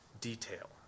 detail